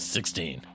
Sixteen